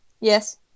Yes